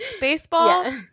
Baseball